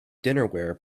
dinnerware